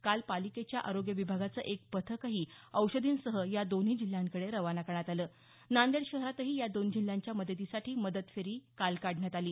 काल पालिकेच्या आरोग्य विभागाचं एक पथक औषधींसह या दोन्ही जिल्ह्यांकडे रवाना करण्यात आलं नांदेड शहरातही या दोन जिल्ह्यांच्या मदतीसाठी मदत फेरी काढण्यात आली